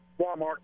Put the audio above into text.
Walmart